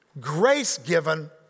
grace-given